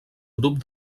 grup